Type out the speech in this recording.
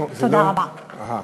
אהה.